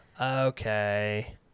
Okay